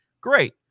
Great